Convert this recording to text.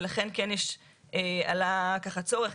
ולכן עלה צורך,